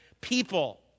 people